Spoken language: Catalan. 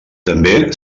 també